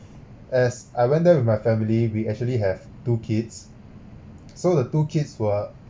as I went there with my family we actually have two kids so the two kids were